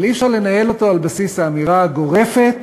אבל אי-אפשר לנהל אותו על בסיס האמירה הגורפת